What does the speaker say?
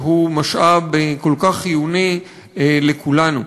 שהוא משאב כל כך חיוני לכולנו.